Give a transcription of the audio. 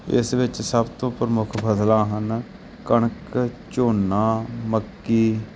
ਇਸ ਵਿੱਚ ਸਭ ਤੋਂ ਪ੍ਰਮੁੱਖ ਫ਼ਸਲਾਂ ਹਨ ਕਣਕ ਝੋਨਾ ਮੱਕੀ